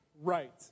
right